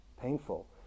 painful